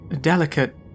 delicate